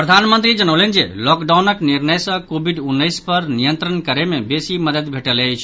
प्रधानमंत्री जनौलनि जे लॉकडाउनक निर्णय सँ कोविड उन्नैस पर नियंत्रण करय मे बेसी मददि भेटल अछि